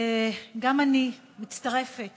גם אני מצטרפת